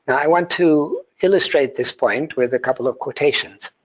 i want to illustrate this point with a couple of quotations.